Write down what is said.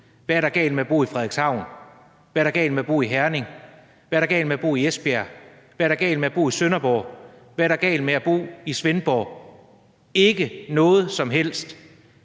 hvad er der galt med at bo i Frederikshavn, hvad er der galt med at bo i Herning, hvad er der galt med at bo i Esbjerg, hvad er der galt med at bo i Sønderborg, hvad er der galt med at bo i Svendborg? Ikke noget som helst!